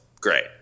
Great